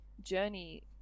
journey